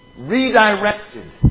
redirected